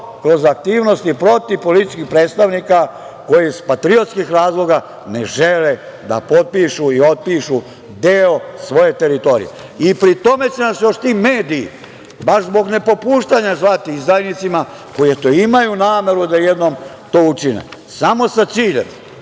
kroz aktivnosti protiv političkih predstavnika koji iz patriotskih razloga ne žele da potpišu i otpišu deo svoje teritorije. Pri tome će nas još ti mediji baš zbog nepopuštanja zvati izdajnicima, koji eto imaju nameru da jednom to učine, samo sa ciljem.